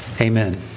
Amen